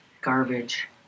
Garbage